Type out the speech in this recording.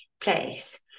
place